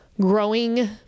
Growing